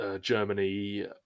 Germany